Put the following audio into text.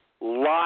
live